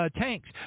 tanks